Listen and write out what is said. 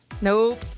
Nope